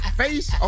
face